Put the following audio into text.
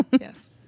Yes